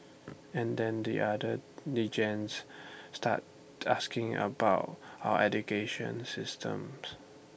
and then the other delegates started asking about our education systems